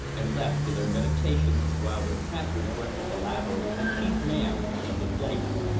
and left to their meditations, while their captors went to palaver with the chief man of the place.